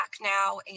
now